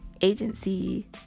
agency